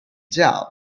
down